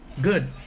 good